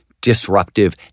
disruptive